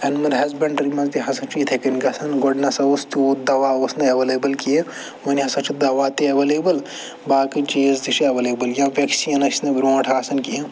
animal husbandry منٛز تہِ ہسا چھِ یِتھَے کٔنۍ گژھان گۄڈٕ نَہ سا اوس تیوٗت دوا اوس نہٕ اٮ۪وٮ۪لیبٕل کیٚنٛہہ وَنہِ ہسا چھِ دَوا تہِ اٮ۪وٮ۪لیبٕل باقٕے چیٖز تہِ چھِ اٮ۪وٮ۪لیبٕل یا وٮ۪کسیٖن ٲسۍ نہٕ برٛونٛٹھ آسان کِہیٖنۍ